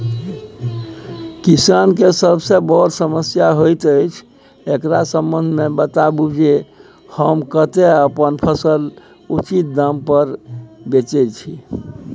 किसान के सबसे बर समस्या होयत अछि, एकरा संबंध मे बताबू जे हम कत्ते अपन फसल उचित दाम पर बेच सी?